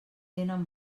tenen